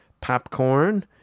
popcorn